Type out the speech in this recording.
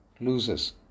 loses